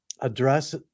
address